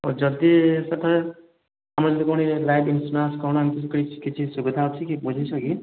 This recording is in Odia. ଆଉ ଯଦି ସେ'ଠେ ଆମର ଯେଉଁ ପୁଣି ଲାଇଫ ଇନସ୍ୟୁରାନ୍ସ କଣ ଏମିତି କିଛି ସୁବିଧା ଅଛି କି ବୁଝିଛ କି